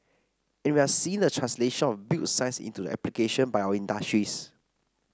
and we are seeing the translation of built science into application by our industries